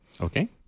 Okay